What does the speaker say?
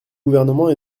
gouvernement